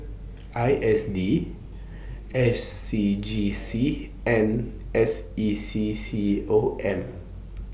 I S D S C G C and S E C C O M